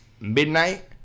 midnight